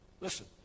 listen